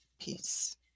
Peace